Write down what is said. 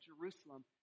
Jerusalem